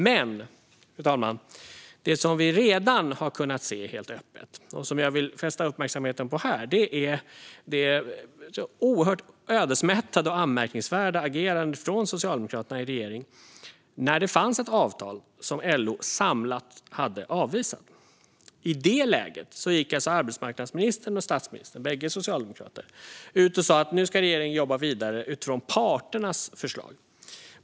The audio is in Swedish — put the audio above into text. Men, fru talman, det som vi redan har kunnat se helt öppet och som jag vill fästa uppmärksamheten på här är det oerhört ödesmättade och anmärkningsvärda agerandet från socialdemokraterna i regeringen när det fanns ett avtal som LO samlat hade avvisat. I det läget gick alltså arbetsmarknadsministern och statsministern - bägge socialdemokrater - ut och sa att regeringen skulle jobba vidare utifrån parternas förslag.